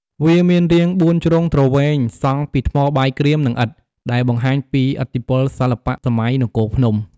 វាមានរាងជាបួនជ្រុងទ្រវែងសង់ពីថ្មបាយក្រៀម និងឥដ្ឋ ដែលបង្ហាញពីឥទ្ធិពលសិល្បៈសម័យនគរភ្នំ។